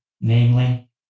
namely